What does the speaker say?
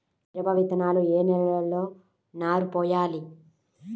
మిరప విత్తనాలు ఏ నెలలో నారు పోయాలి?